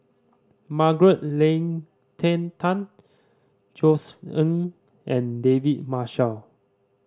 Margaret Leng Tan Josef Ng and David Marshall